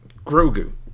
Grogu